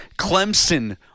Clemson